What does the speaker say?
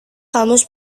kamus